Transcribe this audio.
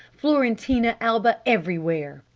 florentina alba everywhere!